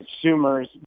consumers